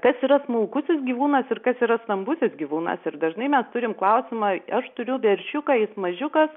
kas yra smulkusis gyvūnas ir kas yra stambusis gyvūnas ir dažnai mes turim klausimą aš turiu veršiuką jis mažiukas